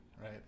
right